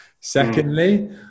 Secondly